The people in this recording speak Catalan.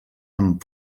amb